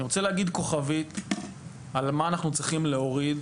אני רוצה להגיד כוכבית על מה אנחנו צריכים להוריד